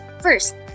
first